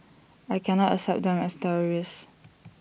I cannot accept them as terrorists